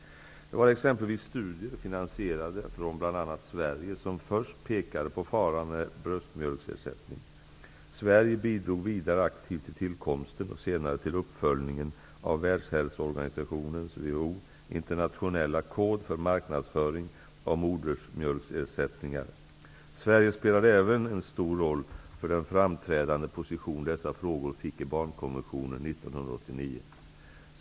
Det var exempelvis studier finansierade från bl.a. Sverige som först pekade på faran med bröstmjölksersättning. Sverige bidrog vidare aktivt till tillkomsten, och senare till uppföljningen, av Världshälsoorganisationens, WHO, internationella kod för marknadsföring av modersmjölksersättningar. Sverige spelade även en stor roll för den framträdande position dessa frågor fick i barnkonventionen 1989.